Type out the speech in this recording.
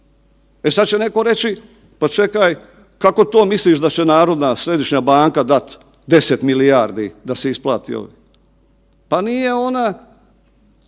E sada će netko reći pa čekaj kako to misliš da će Narodna središnja banka dati 10 milijardi da se isplati ovih, pa nije ona